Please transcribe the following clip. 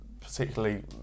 particularly